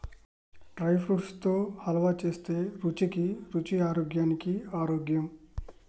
dry fruits తో హల్వా చేస్తే రుచికి రుచి ఆరోగ్యానికి ఆరోగ్యం